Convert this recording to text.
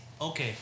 okay